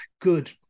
good